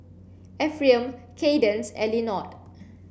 Ephriam Kaydence and Lenord